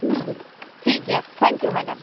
ᱴᱷᱤᱠ ᱜᱮᱭᱟ ᱴᱷᱤᱠ ᱜᱮᱭᱟ ᱛᱷᱮᱝᱠ ᱤᱭᱩ ᱢᱮᱰᱟᱢ